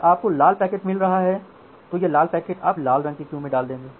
अगर आपको लाल पैकेट मिल रहा है तो यह लाल पैकेट आप लाल रंग के क्यू में डाल दें